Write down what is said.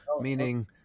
meaning